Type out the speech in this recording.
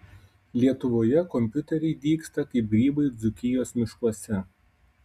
lietuvoje kompiuteriai dygsta kaip grybai dzūkijos miškuose